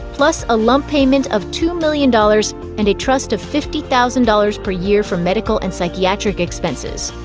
plus a lump payment of two million dollars and a trust of fifty thousand dollars per year for medical and psychiatric expenses.